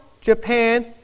Japan